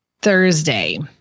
Thursday